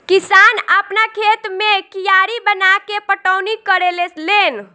किसान आपना खेत मे कियारी बनाके पटौनी करेले लेन